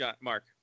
Mark